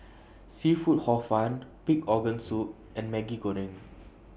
Seafood Hor Fun Pig Organ Soup and Maggi Goreng